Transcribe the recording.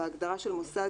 בהגדרה של מוסד